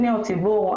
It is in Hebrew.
פניות ציבור,